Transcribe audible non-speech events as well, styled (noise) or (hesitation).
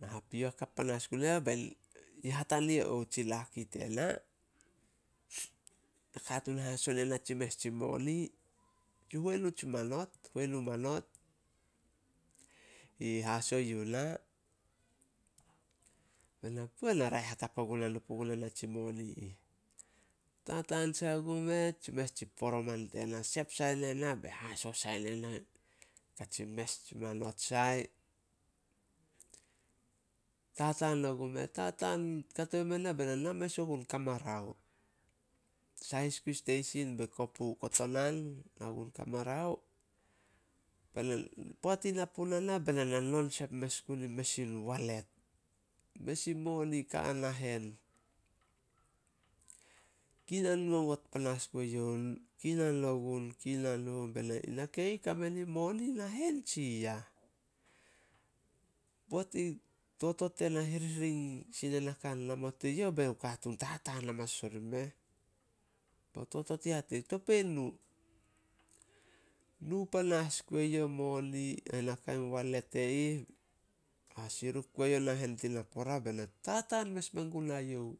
Na hapio hakap panas, (unintelligible) yi hatania ouh tsi laki tena. Nakatuun haso ne na tsi mes tsi moni. Tsi huenu tsi manot- huenu manot i haso yuh na. Bena, "Pouh! Na raeh hakap ogunah nu puguna na tsi moni ih." Tataan sai ogumeh, tsi mes tsi poroman tena sep sai ne na be haso sai ne na katsi mes tsi manot sai. Tataan ogumeh, tataan kato i mena bena na mes ogun Kamarao. Sahis gui steisin bei kopu kotonan, nao gun Kamarao, (hesitation) Poat i na puna na, bena nanonsep mes gun in mes in walet. Mes in moni ka a nahen. Kinan ngongot panas gue youh, kinan ogun- kinan ogun, bena, "Nakei ih kame nin moni tsi yah?" Poat i, totot tena hirhiring sin ena kan namot eyouh bao katuun tataan amanas orimeh. Bo totot i ih hate nena, topei nu. Nu panas gue youh (unintelligible) walet e ih, hasiruk gue youh nahen tin napora bena tataan mes men gunae youh